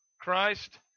Christ